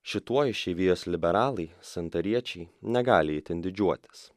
šituo išeivijos liberalai santariečiai negali itin didžiuotis